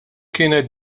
kienet